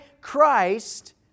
Christ